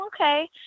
okay